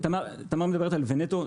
אז תמר מדברת על ונטו,